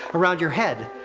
around your head.